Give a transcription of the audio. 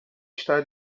estar